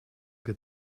wir